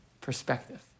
perspective